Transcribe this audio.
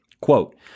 Quote